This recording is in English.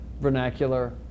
vernacular